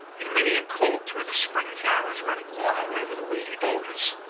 in many a court were the spring-flowers running wild over the weedy borders,